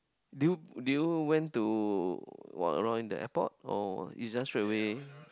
do you did you went to walk around in the airport or you just straight away